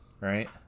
Right